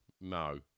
No